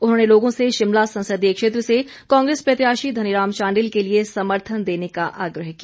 उन्होंने लोगों से शिमला संसदीय क्षेत्र से कांग्रेस प्रत्याशी धनीराम शांडिल के लिए समर्थन देने का आग्रह किया